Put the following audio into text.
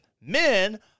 men